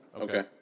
Okay